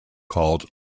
called